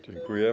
Dziękuję.